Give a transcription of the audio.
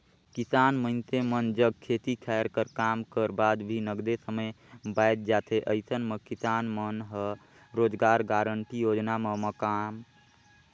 किसान मइनसे मन जग खेती खायर कर काम कर बाद भी नगदे समे बाएच जाथे अइसन म किसान मन ह रोजगार गांरटी योजना म काम करथे